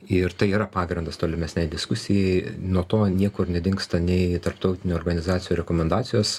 ir tai yra pagrindas tolimesnei diskusijai nuo to niekur nedingsta nei tarptautinių organizacijų rekomendacijos